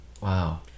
wow